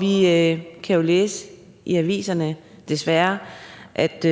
Vi kan jo læse det i aviserne desværre: Ét